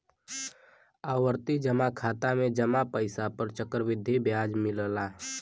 आवर्ती जमा खाता में जमा पइसा पर चक्रवृद्धि ब्याज मिलला